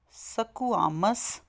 squamous